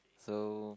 so